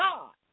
God